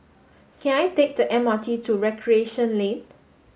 can I take the M R T to Recreation Lane